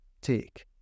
take